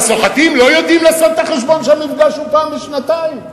הסוחטים לא יודעים לעשות את החשבון שהמפגש הוא פעם בשנתיים?